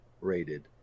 rated